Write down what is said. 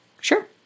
Sure